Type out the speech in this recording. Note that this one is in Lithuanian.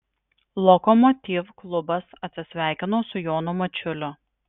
lokomotiv klubas atsisveikino su jonu mačiuliu